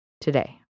today